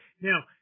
Now